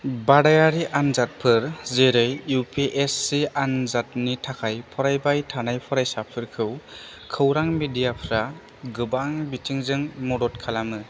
बादायारि आन्जादफोर जेरै U P S C आन्जादनि थाखाय फरायबाय थानाय फरायसाफोरखौ खौरां मेडियाफ्रा गोबां बिथिंजों मदद खालामो